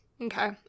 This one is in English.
Okay